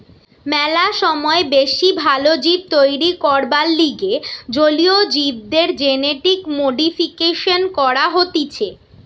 ম্যালা সময় বেশি ভাল জীব তৈরী করবার লিগে জলীয় জীবদের জেনেটিক মডিফিকেশন করা হতিছে